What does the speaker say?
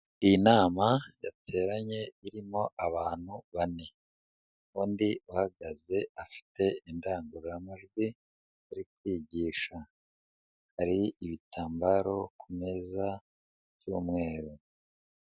Iyi nama yateranye irimo abantu bane, undi uhagaze afite indangururamajwi ari kwigisha, hari ibitambaro ku meza by'umweru.